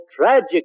tragic